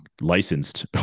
licensed